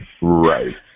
Right